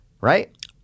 right